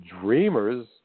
Dreamers